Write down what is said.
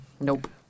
Nope